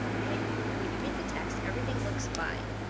when you when you read the text, everything looks fine,